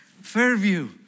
Fairview